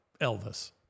Elvis